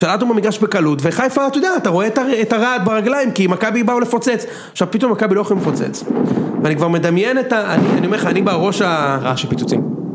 שלטנו במגרש בקלות, וחיפה, אתה יודע, אתה רואה את הרעד ברגליים, כי מכבי בא לפוצץ עכשיו פתאום מכבי לא יכולים לפוצץ ואני כבר מדמיין את ה... אני אומר לך, אני בראש הרעש הפיצוצים